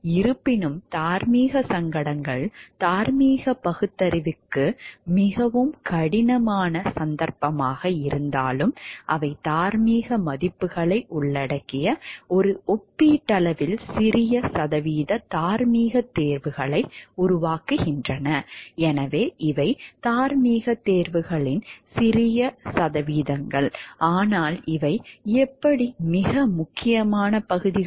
இருப்பினும் தார்மீக சங்கடங்கள் தார்மீக பகுத்தறிவுக்கு மிகவும் கடினமான சந்தர்ப்பமாக இருந்தாலும் அவை தார்மீக மதிப்புகளை உள்ளடக்கிய ஒரு ஒப்பீட்டளவில் சிறிய சதவீத தார்மீக தேர்வுகளை உருவாக்குகின்றன எனவே இவை தார்மீக தேர்வுகளின் சிறிய சதவீதங்கள் ஆனால் இவை எப்படி மிக முக்கியமான பகுதிகள்